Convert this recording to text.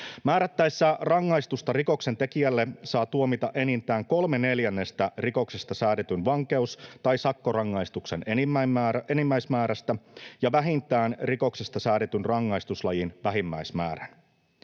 Määrättäessä rangaistusta rikoksen tekijälle saa tuomita enintään kolme neljännestä rikoksesta säädetyn vankeus- tai sakkorangaistuksen enimmäismäärästä ja vähintään rikoksesta säädetyn rangaistuslajin vähimmäismäärän.